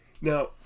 Now